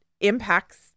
impacts